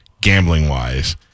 gambling-wise